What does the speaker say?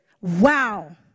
Wow